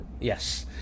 Yes